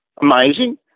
amazing